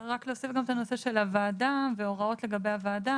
רק להוסיף גם את הנושא של הוועדה וההוראות לגבי הוועדה.